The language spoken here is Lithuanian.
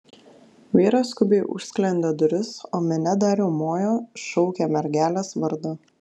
vyras skubiai užsklendė duris o minia dar riaumojo šaukė mergelės vardą